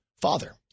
father